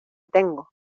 tengo